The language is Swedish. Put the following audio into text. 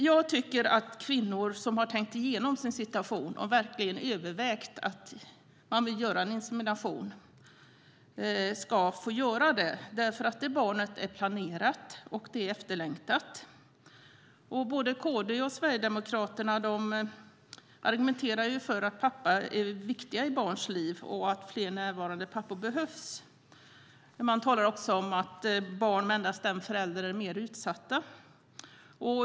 Jag tycker att kvinnor som har tänkt igenom sin situation och verkligen övervägt att göra en insemination ska få göra det. Det barnet är planerat och efterlängtat. Både KD och Sverigedemokraterna argumenterar för att papporna är viktiga i barns liv och att fler närvarande pappor behövs. Man talar också om att barn med endast en förälder är mer utsatta.